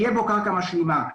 תהיה בו קרקע משלימה.